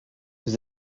vous